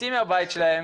יוצאים מהבית שלהם,